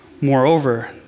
Moreover